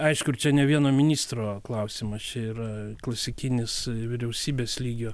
aišku ir čia ne vieno ministro klausimas čia yra klasikinis vyriausybės lygio